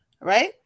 right